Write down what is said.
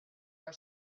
our